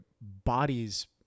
bodies